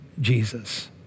Jesus